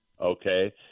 okay